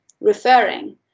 referring